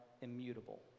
immutable